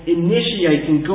initiating